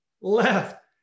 left